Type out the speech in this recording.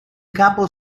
capo